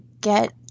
get